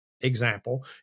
example